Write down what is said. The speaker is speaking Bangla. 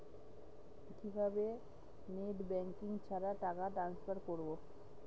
কিভাবে নেট ব্যাংকিং ছাড়া টাকা টান্সফার করব?